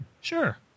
Sure